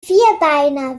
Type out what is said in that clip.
vierbeiner